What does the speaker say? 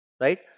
right